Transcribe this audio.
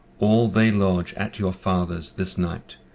all they lodge at your father's this night,